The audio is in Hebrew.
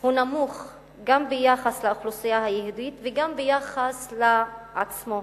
הוא נמוך גם ביחס לאוכלוסייה היהודית וגם ביחס לעצמו.